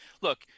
Look